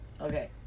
Okay